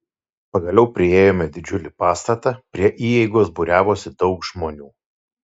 pagaliau priėjome didžiulį pastatą prie įeigos būriavosi daug žmonių